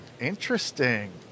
Interesting